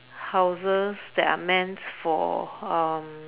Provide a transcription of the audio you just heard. houses that are meant for um